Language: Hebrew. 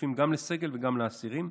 ונחשפים גם לסגל וגם לאסירים.